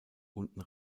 unten